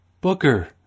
Booker